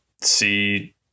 see